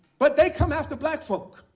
but they come after black folk